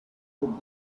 bitter